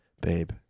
babe